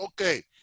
okay